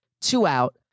two-out